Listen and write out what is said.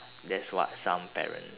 that's what some parents